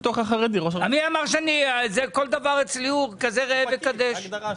מי אמר שאצלי כל דבר הוא כזה ראה וקדש?